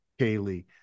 Kaylee